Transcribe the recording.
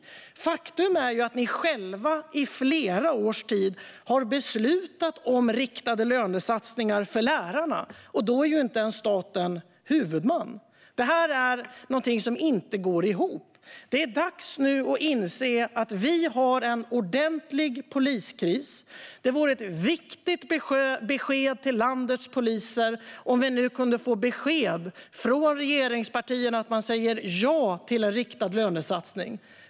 Men faktum är ju att ni själva i flera års tid har beslutat om riktade lönesatsningar för lärarna, och där är staten inte ens huvudman. Detta är någonting som inte går ihop. Det är dags att inse att vi har en ordentlig poliskris. Det vore ett viktigt besked till landets poliser om regeringspartierna nu kunde säga ja till en riktad lönesatsning.